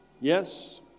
Yes